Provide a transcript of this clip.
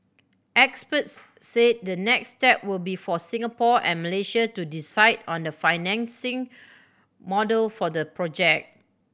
experts said the next step will be for Singapore and Malaysia to decide on the financing model for the project